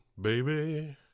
baby